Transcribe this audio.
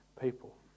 people